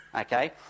Okay